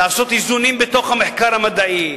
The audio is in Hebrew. לעשות איזונים בתוך המחקר המדעי,